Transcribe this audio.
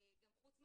חוץ מהדימוי,